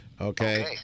Okay